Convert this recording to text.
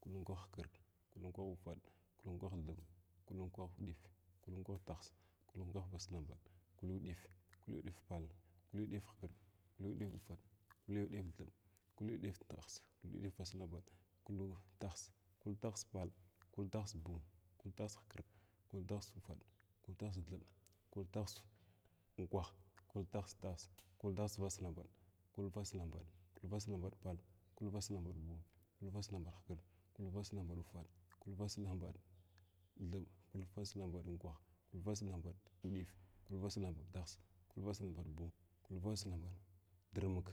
kul unkwah hukirth, kul unkwah ufaɗ, kul unkwah thib, kul unkwah uɗif kul unkwah tihs, kul unkwah vaslmabaɗ kul uɗif, kul uɗif pal, kul uɗif hkirɗ, kul uɗif ufaɗ, kul uɗif thib, kul uɗif thihs, kul uɗif vaslambaɗ kultahs, kultihs pal, kultihs buu kultihs hkrɗ, kultihs ufaɗ, kultihs thib, kultihs unkwah, kultihs vaslmboɗ, kulvaslambaɗ, kulvaslambaɗ pal, kulvaslambaɗ buu, kulvaslambaɗ hkrɗ, kulvaslambaɗ ufaɗ, kulvaslambaɗ thib. kulvaslambaɗ unkwah, kulvaslambaɗ uɗif, kulvaslambaɗ tihs, kulvaslambaɗ buu kul kulvaslambaɗ, drmka.